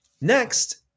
Next